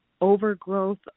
overgrowth